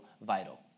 vital